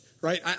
Right